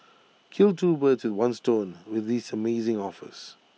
kill two birds with one stone with these amazing offers